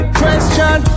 question